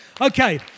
Okay